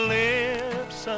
lips